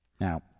Now